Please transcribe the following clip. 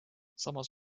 samas